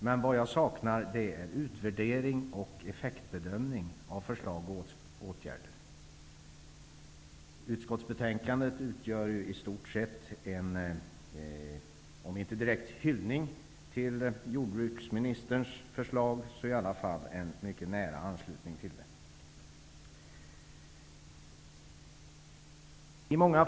Men det jag saknar är en utvärdering och en effektbedömning av förslag och åtgärder. Utskottsbetänkandet utgör i stort sett om inte en direkt hyllning till jordbruksministerns förslag så i varje fall en mycket nära anslutning till det.